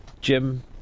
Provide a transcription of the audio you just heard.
Jim